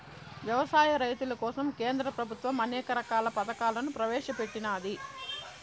వ్యవసాయ రైతుల కోసం కేంద్ర ప్రభుత్వం అనేక రకాల పథకాలను ప్రవేశపెట్టినాది